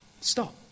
Stop